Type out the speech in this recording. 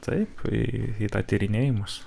taip į tą tyrinėjimus